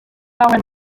hauen